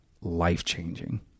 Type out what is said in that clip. life-changing